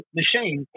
machine